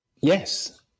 Yes